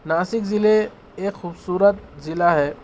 ناسک ضلعے ایک خوبصورت ضلع ہے